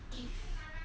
each